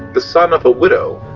the son of a widow,